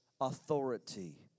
authority